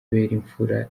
imfura